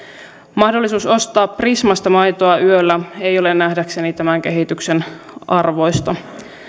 mahdollisuus ostaa prismasta maitoa yöllä ei ole nähdäkseni tämän kehityksen arvoista